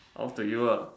up to you lah